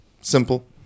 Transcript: Simple